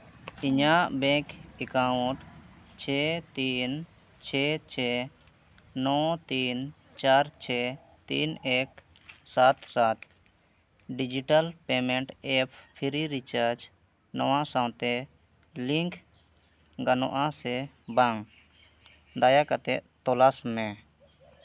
ᱤᱧᱟᱹᱜ bank account ᱪᱷᱮ ᱛᱤᱱ ᱛᱷᱮ ᱪᱷᱮ ᱱᱚ ᱛᱤᱱ ᱪᱟᱨ ᱪᱷᱮ ᱛᱤᱱ ᱮᱠ ᱥᱟᱛ ᱥᱟᱛ digital payment app free recharge ᱱᱚᱣᱟ ᱥᱟᱶᱛᱮ ᱞᱤᱝᱠ ᱜᱟᱱᱚᱜᱼᱟ ᱥᱮ ᱵᱟᱝ ᱫᱟᱭᱟ ᱠᱟᱛᱮᱫ ᱛᱚᱞᱟᱥ ᱢᱮ